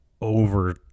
over